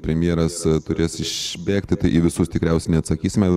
premjeras turės išbėgti į visus tikriausiai neatsakysime